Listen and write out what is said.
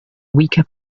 weaker